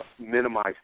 minimize